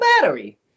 battery